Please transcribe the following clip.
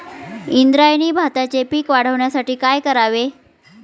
इंद्रायणी भाताचे पीक वाढण्यासाठी काय करावे?